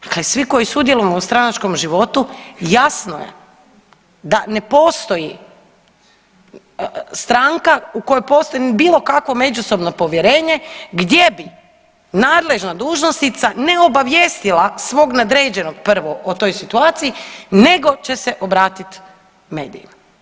Na kraju svi koji sudjelujemo u stranačkom životu jasno je da ne postoji stranka u kojoj postoji bilo kakvo međusobno povjerenje gdje bi nadležna dužnosnica ne obavijestila svog nadređenog prvo o toj situaciji nego će se obratili medijima.